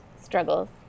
struggles